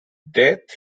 death